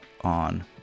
on